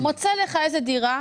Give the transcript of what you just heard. מוצא לך איזו דירה,